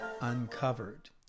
Uncovered